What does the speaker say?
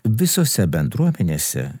visose bendruomenėse